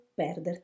perderti